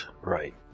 Right